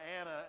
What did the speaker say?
Anna